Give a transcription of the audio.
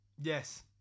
yes